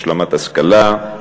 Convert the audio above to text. השלמת השכלה,